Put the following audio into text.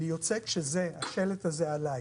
אני יוצא מן הרכב כאשר השלט הזה עליי.